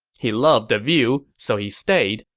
he loved the view, so he stayed,